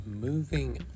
Moving